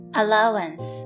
allowance